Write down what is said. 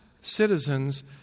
citizens